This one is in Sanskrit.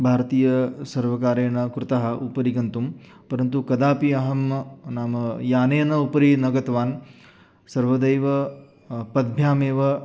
भारतीयसर्वकारेण कृतः उपरि गन्तुं परन्तु कदापि अहं नाम यानेन उपरि न गतवान् सर्वदैव पद्भ्यामेव